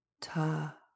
ta